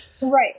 Right